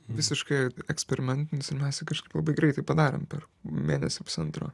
visiškai eksperimentinis ir mes jį kažkaip labai greitai padarėm per mėnesį pusantro